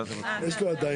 כן.